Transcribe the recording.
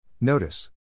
Notice